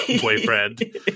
boyfriend